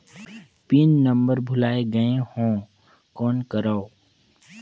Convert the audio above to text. Pin number भुला गयें हो कौन करव?